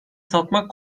satmak